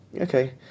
Okay